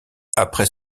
après